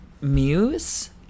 Muse